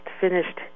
finished